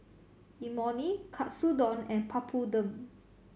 Imoni Katsudon and Papadum